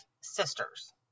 sisters